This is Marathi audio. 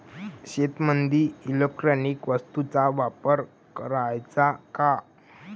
शेतीमंदी इलेक्ट्रॉनिक वस्तूचा वापर कराचा का?